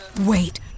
wait